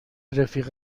رفیق